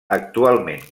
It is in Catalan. actualment